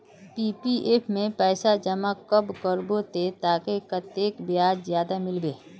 PPF में पैसा जमा कब करबो ते ताकि कतेक ब्याज ज्यादा मिलबे?